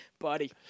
buddy